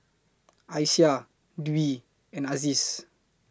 Aisyah Dwi and Aziz